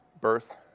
birth